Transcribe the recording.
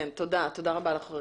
תודה רבה לך.